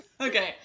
Okay